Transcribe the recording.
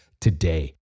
today